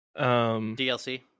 DLC